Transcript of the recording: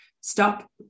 stop